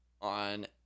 on